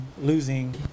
losing